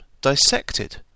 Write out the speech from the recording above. dissected